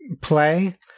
play